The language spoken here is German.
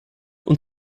und